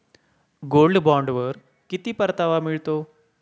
Gold बॉण्डवर किती परतावा मिळतो?